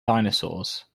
dinosaurs